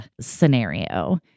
scenario